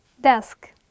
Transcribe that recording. desk